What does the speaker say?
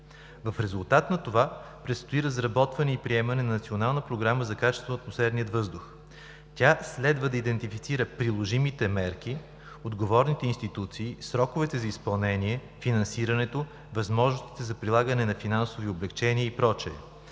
В резултат на това предстои разработване и приемане на Национална програма за качеството на атмосферния въздух. Тя следва да идентифицира приложимите мерки, отговорните институции, сроковете за изпълнение, финансирането, възможностите за прилагане на финансови облекчения и прочее.